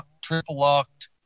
triple-locked